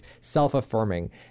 self-affirming